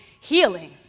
healing